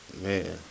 Man